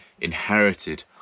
inherited